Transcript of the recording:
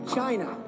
China